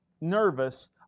nervous